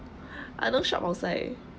I don't shop outside